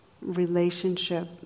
relationship